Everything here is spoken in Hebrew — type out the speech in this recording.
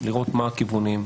לראות מה הכוונים,